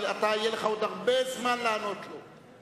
אבל יהיה לך עוד הרבה זמן לענות לו.